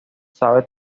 sabe